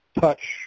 touch